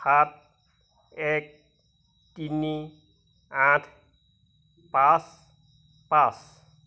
সাত এক তিনি আঠ পাঁচ পাঁচ